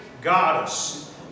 goddess